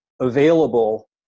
available